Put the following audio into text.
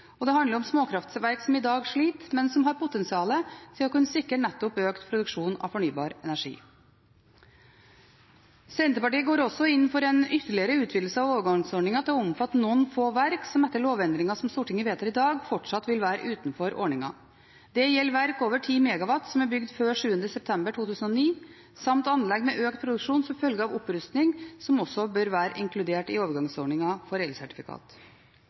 og det handler om småkraftverk som i dag sliter, men som har potensial til å sikre nettopp økt produksjon av fornybar energi. Senterpartiet går også inn for en ytterligere utvidelse av overgangsordningen til å omfatte noen få verk, som etter lovendringen som Stortinget vedtar i dag, fortsatt vil være utenfor ordningen. Det gjelder verk over 10 MW som er bygd før 7. september 2009, samt anlegg med økt produksjon som følge av opprustning, som også bør være inkludert i overgangsordningen for elsertifikat.